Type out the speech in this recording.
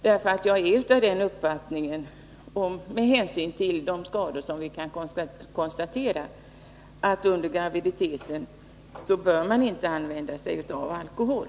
Med hänsyn till de skador som kan konstateras är jag av den uppfattningen att man under graviditeten inte bör använda alkohol.